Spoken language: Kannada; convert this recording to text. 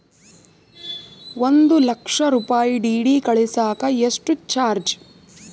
ಒಂದು ಲಕ್ಷ ರೂಪಾಯಿ ಡಿ.ಡಿ ಕಳಸಾಕ ಎಷ್ಟು ಚಾರ್ಜ್?